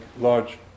large